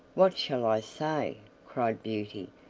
what shall i say? cried beauty,